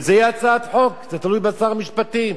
אני לא שמעתי.